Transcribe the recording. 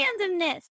randomness